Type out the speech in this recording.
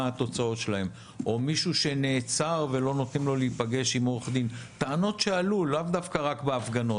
התוצאות שלהם טענות שעלו לאו דווקא רק בהפגנות,